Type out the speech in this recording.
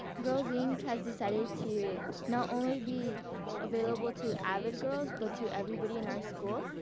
girls inc. has decided to not only be available to avid girls but to everybody in our school,